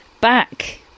back